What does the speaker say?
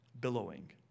billowing